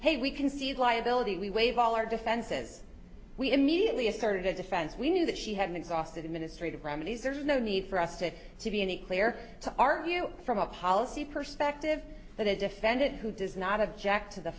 hey we can see why ability we waive all our defenses we immediately asserted a defense we knew that she had exhausted administrative remedies there's no need for us to it to be any clear to argue from a policy perspective that a defendant who does not object to the